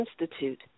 Institute